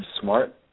smart